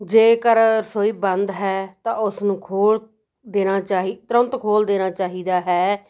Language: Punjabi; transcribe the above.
ਜੇਕਰ ਰਸੋਈ ਬੰਦ ਹੈ ਤਾਂ ਉਸ ਨੂੰ ਖੋਲ੍ਹ ਦੇਣਾ ਚਾਹੀਦਾ ਤੁਰੰਤ ਖੋਲ੍ਹ ਦੇਣਾ ਚਾਹੀਦਾ ਹੈ